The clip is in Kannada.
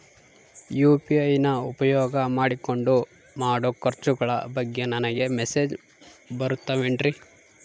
ಯು.ಪಿ.ಐ ನ ಉಪಯೋಗ ಮಾಡಿಕೊಂಡು ಮಾಡೋ ಖರ್ಚುಗಳ ಬಗ್ಗೆ ನನಗೆ ಮೆಸೇಜ್ ಬರುತ್ತಾವೇನ್ರಿ?